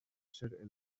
ser